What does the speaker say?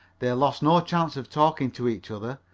they lost no chance of talking to each other,